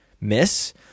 miss